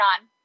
on